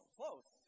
close